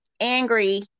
angry